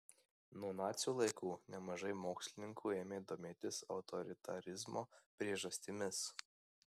nuo nacių laikų nemažai mokslininkų ėmė domėtis autoritarizmo priežastimis